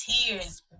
tears